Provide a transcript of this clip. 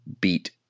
beat